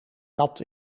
kat